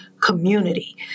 community